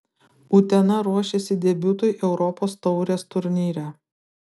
utena ruošiasi debiutui europos taurės turnyre